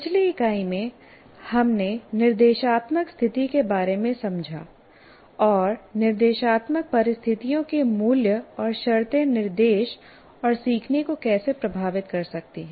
पिछली इकाई में हमने निर्देशात्मक स्थिति के बारे में समझा और निर्देशात्मक परिस्थितियों के मूल्य और शर्तें निर्देश और सीखने को कैसे प्रभावित कर सकती हैं